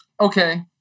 Okay